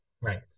right